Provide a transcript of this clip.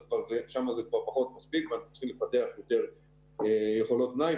אז שם זה כבר פחות מספיק ואנחנו צריכים לפתח יותר יכולות מלאי,